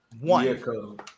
One